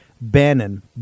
Bannon